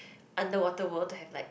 Underwater-World to have like